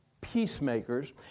peacemakers